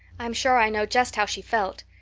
i'm sure i know just how she felt.